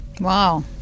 Wow